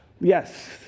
Yes